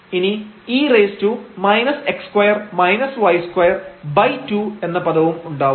ഇനി e 2 എന്ന പദവും ഉണ്ടാവും